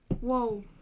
Whoa